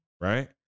Right